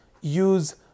use